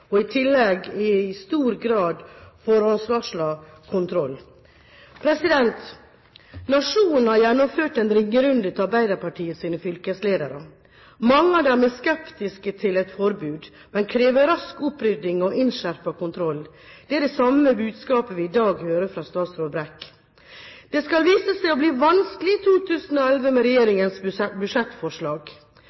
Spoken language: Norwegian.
og i tillegg i stor grad forhåndsvarsler kontroll. Nationen har gjennomført en ringerunde til Arbeiderpartiets fylkesledere. Mange av dem er skeptiske til et forbud, men krever rask opprydding og innskjerpet kontroll. Det er det samme budskapet vi i dag hører fra statsråd Brekk. Det skal vise seg å bli vanskelig i 2011 med regjeringens budsjettforslag.